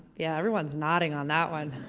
yeah, everyone's nodding on that one.